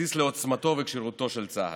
בסיס לעוצמתו וכשירותו של צה"ל.